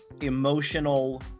emotional